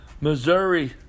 Missouri